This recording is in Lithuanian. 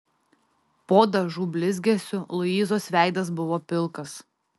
po dažų blizgesiu luizos veidas buvo pilkas